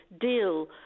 deal